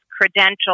credential